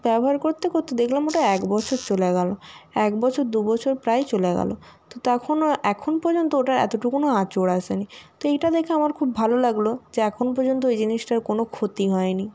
তো ব্যবহার করতে করতে দেখলাম ওটা এক বছর চলে গেল এক বছর দু বছর প্রায় চলে গেল তো তখনও এখন পর্যন্ত ওটা এতটুকুনও আঁচড় আসেনি তো এইটা দেখে আমার খুব ভালো লাগলো যে এখন পর্যন্ত ওই জিনিসটার কোনও ক্ষতি হয়নি